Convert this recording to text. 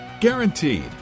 Guaranteed